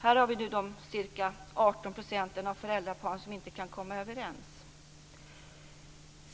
Här gäller det de ca 18 % av föräldraparen som inte kan komma överens.